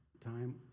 time